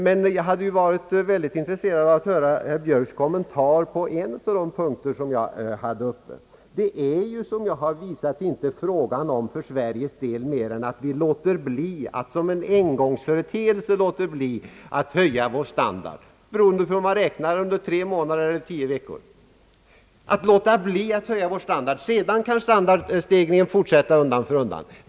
Men det skulle ha varit mycket intressant att höra herr Björks kommentar på en av de punkter jag berörde, Det är som jag har visat inte fråga om mer för Sveriges del än att vi som en engångsföreteelse låter bli att höja vår standard under tre månader eller tio veckor, beroende på hur man räknar; sedan kan standardstegringen fortsätta undan för undan.